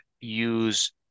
use